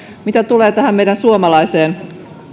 mitä tulee tähän meidän suomalaiseen